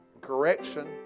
correction